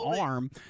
arm